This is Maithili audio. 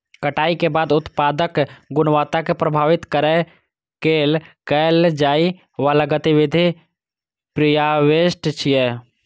कटाइ के बाद उत्पादक गुणवत्ता कें प्रभावित करै लेल कैल जाइ बला गतिविधि प्रीहार्वेस्ट छियै